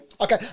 Okay